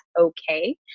okay